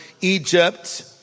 Egypt